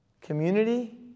community